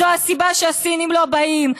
זו הסיבה שהסינים לא באים,